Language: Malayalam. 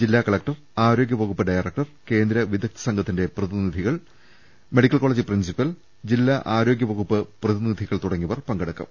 ജില്ലാ കലക്ടർ ആരോഗ്യ വകുപ്പ് ഡയറക്ടർ കേന്ദ്ര വിദഗ്ദ്ധ സംഘത്തിന്റെ പ്രതിനിധികൾ മെഡിക്കൽ കോളജ് പ്രിൻസിപ്പാൾ ജില്ലാ ആരോഗൃവകുപ്പ് പ്രതിനിധികൾ തുടങ്ങിയവർ പങ്കെടുക്കും